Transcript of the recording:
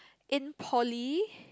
in poly